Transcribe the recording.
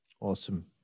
Awesome